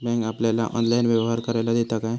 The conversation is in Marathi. बँक आपल्याला ऑनलाइन व्यवहार करायला देता काय?